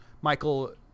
Michael